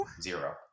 Zero